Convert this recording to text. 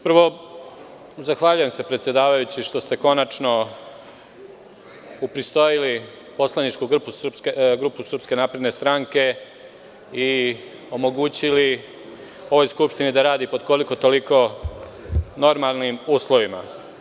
Prvo, zahvaljujem se predsedavajući što ste konačno upristojili poslaničku grupu SNS i omogućili ovoj skupštini da radi pod koliko-toliko normalnim uslovima.